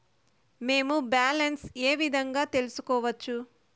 మేము బ్యాలెన్స్ ఏ విధంగా తెలుసుకోవచ్చు?